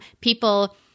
People